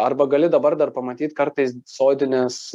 arba gali dabar dar pamatyt kartais sodines